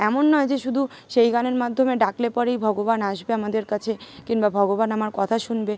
এমন নয় যে শুধু সেই গানের মাধ্যমে ডাকলে পরেই ভগবান আসবে আমাদের কাছে কিংবা ভগবান আমার কথা শুনবে